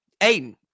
Aiden